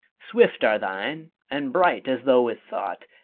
swift are thine, and bright as though with thought,